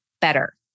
better